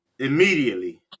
immediately